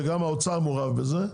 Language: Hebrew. וגם האוצר מעורב בזה,